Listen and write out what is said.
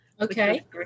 okay